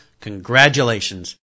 congratulations